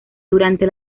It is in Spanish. durante